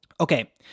okay